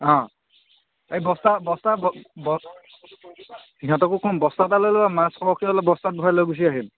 হা এই বস্তা সিহঁতকো ক'ম বস্তা এটা লৈ ল'ম মাছ সৰহকৈ হ'লে বস্তাত ভৰাই লৈ গুচি আহিম